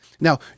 Now